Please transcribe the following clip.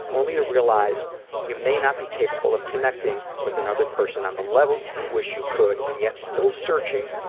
only to realize you may not be capable of connecting with another person on the level you wish you could, and yet still searching,